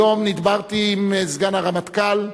היום נדברתי עם סגן הרמטכ"ל,